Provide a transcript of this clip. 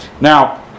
Now